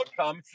outcome